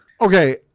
Okay